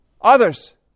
others